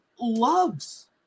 loves